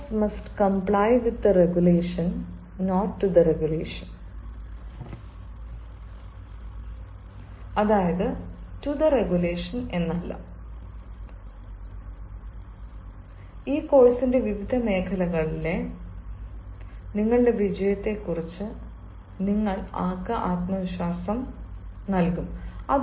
all of us must comply with the regulation അല്ലാതെ to the regulation അല്ല All of us must comply with the regulation not to the regulation ഈ course വിവിധ മേഖലകളിലെ നിങ്ങളുടെ വിജയത്തെക്കുറിച്ച് നിങ്ങൾക്ക് ആത്മവിശ്വാസം നൽകും